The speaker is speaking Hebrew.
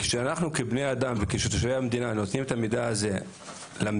כשאנחנו כבני-האדם וכתושבי המדינה נותנים את המידע הזה למדינה,